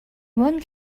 one